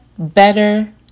Better